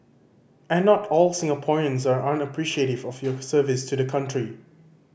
and not all Singaporeans are unappreciative of your service to the country